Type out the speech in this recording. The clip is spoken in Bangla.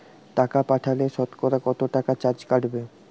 টাকা পাঠালে সতকরা কত টাকা চার্জ কাটবে?